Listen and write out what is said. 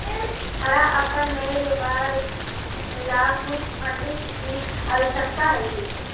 हमारा अपन नए व्यापार ला कुछ फंडिंग की आवश्यकता हई